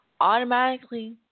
automatically